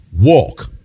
walk